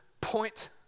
point